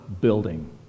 building